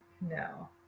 No